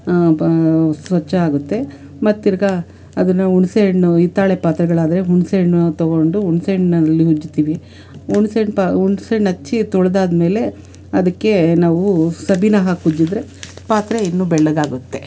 ಬ ಸ್ವಚ್ಛ ಆಗುತ್ತೆ ಮತ್ತೆ ತಿರುಗಾ ಅದನ್ನು ಹುಣ್ಸೆಹಣ್ಣು ಹಿತ್ತಾಳೆ ಪಾತ್ರೆಗಳಾದ್ರೆ ಹುಣಸೇಹಣ್ಣು ತೊಗೊಂಡು ಹುಣ್ಸೆಹಣ್ಣಲ್ಲಿ ಉಜ್ತೀವಿ ಹುಣ್ಸೆಹಣ್ಣು ಪಾ ಹುಣ್ಸೆಹಣ್ಣು ಹಚ್ಚಿ ತೊಳ್ದಾದಮೇಲೆ ಅದಕ್ಕೇ ನಾವು ಸಬೀನಾ ಹಾಕಿ ಉಜ್ಜಿದ್ರೆ ಪಾತ್ರೆ ಇನ್ನು ಬೆಳ್ಳಗಾಗುತ್ತೆ